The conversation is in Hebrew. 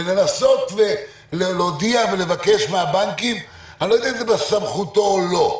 ולנסות ולהודיע ולבקש מהבנקים אני לא יודע אם זה בסמכותו או לא.